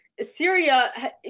Syria